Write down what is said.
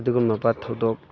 ꯑꯗꯨꯒꯨꯝꯂꯕ ꯊꯧꯗꯣꯛ